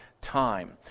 time